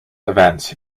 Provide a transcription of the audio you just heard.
events